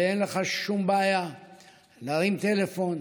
ואין לך שום בעיה להרים טלפון,